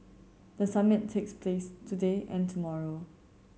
the summit takes place today and tomorrow